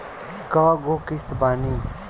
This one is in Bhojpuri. कय गो किस्त बानी?